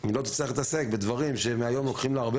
היא לא תצטרך להתעסק בדברים שהיום לוקחים לה הרבה